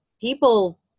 people